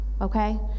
okay